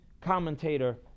commentator